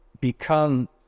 become